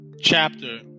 chapter